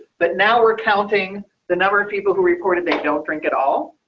but now we're counting the number of people who reported they don't drink at all.